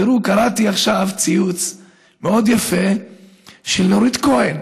תראו, קראתי עכשיו ציוץ מאוד יפה של נורית קורן,